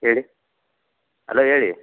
ಹೇಳಿ ಅಲೋ ಹೇಳಿ